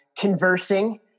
Conversing